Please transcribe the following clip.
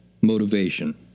motivation